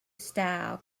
style